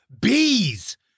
bees